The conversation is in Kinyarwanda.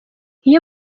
iyo